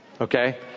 okay